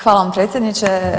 Hvala vam predsjedniče.